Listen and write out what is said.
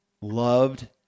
loved